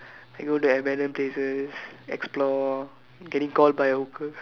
I go the abandoned places explore getting called by a hooker